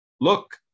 look